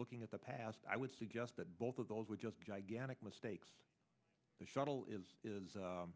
looking at the past i would suggest that both of those were just gigantic mistakes the shuttle is is one